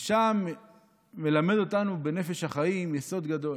ושם מלמד אותנו ב"נפש החיים" יסוד גדול: